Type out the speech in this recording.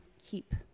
keep